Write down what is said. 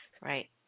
Right